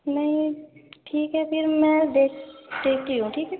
نہیں ٹھیک ہے پھر میں دیکھ دیکھتی ہوں ٹھیک ہے